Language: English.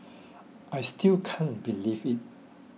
I still can't believe it